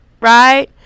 right